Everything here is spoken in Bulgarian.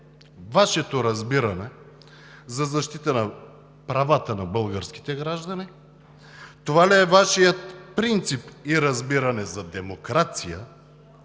Вашето разбирате за защита на правата на българските граждани? Това ли е Вашият принцип и разбиране за демокрация?